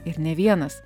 ir ne vienas